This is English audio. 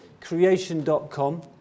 creation.com